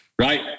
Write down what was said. Right